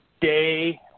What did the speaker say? day